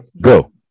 go